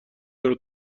چرا